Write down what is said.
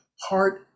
heart